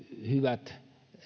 hyvät